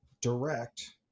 direct